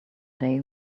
day